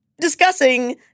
discussing